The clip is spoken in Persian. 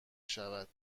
شود